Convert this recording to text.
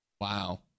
Wow